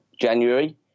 January